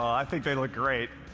i think they look great.